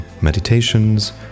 meditations